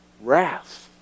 wrath